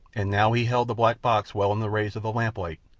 and now he held the black box well in the rays of the lamplight,